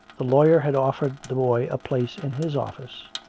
the lawyer had offered the boy a place in his office